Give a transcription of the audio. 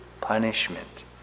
punishment